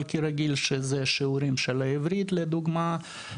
אבל בדרך כלל זה שיעורים של עברית לדוגמא,